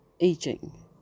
aging